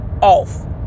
off